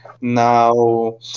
Now